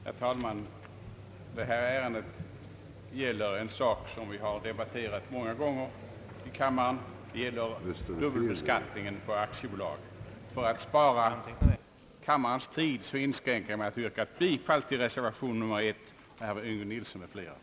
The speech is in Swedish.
Herr talman! Detta ärende gäller en sak som vi har debatterat många gånger i kammaren, nämligen dubbelbeskattningen på aktiebolag. För att spara kammarens tid inskränker jag mig till att yrka bifall till reservation nr 1, av herr Yngve Nilsson m.fl.